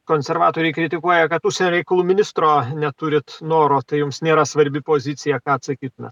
konservatoriai kritikuoja kad užsienio reikalų ministro neturite noro tai jums nėra svarbi pozicija ką atsakytumėt